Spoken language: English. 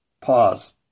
pause